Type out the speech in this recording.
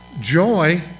joy